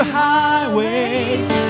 highways